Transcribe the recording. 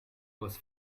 bus